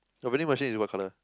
your vending machine is what color